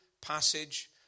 passage